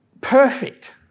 perfect